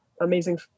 amazing